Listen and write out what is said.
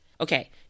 Okay